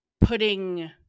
putting